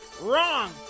Wrong